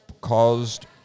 caused